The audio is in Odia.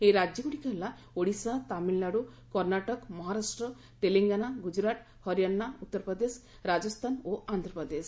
ଏହି ରାଜ୍ୟଗୁଡ଼ିକ ହେଲା ଓଡ଼ିଶା ତାମିଲ୍ନାଡୁ କର୍ଷାଟକ ମହାରାଷ୍ଟ୍ର ତେଲଙ୍ଗାନା ଗୁଜୁରାଟ ହରିୟାଣା ଉତ୍ତର ପ୍ରଦେଶ ରାଜସ୍ଥାନ ଓ ଆନ୍ଧ୍ରପ୍ରଦେଶ